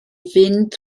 fynd